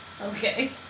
okay